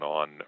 on